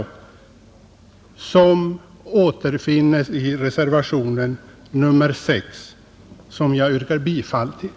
Förslaget återfinns i reservationen nr 6, som jag yrkar bifall till.